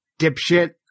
dipshit